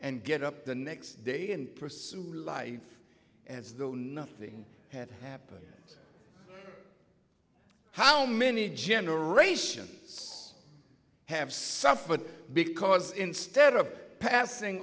and get up the next day and pursue life as though nothing had happened how many generations have suffered because instead of passing